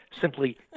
simply